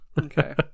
Okay